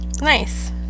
Nice